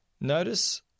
Notice